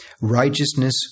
Righteousness